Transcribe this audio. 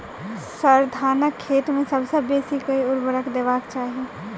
sir, धानक खेत मे सबसँ बेसी केँ ऊर्वरक देबाक चाहि